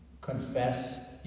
confess